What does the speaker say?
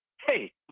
hey